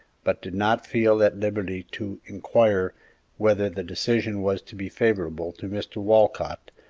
but did not feel at liberty to inquire whether the decision was to be favorable to mr. walcott,